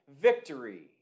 victory